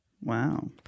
Wow